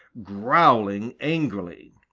growling angrily.